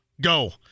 Go